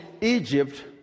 Egypt